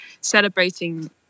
celebrating